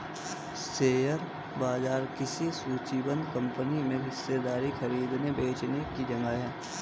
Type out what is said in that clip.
share बाजार किसी सूचीबद्ध कंपनी में हिस्सेदारी खरीदने बेचने की जगह है